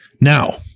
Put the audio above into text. Now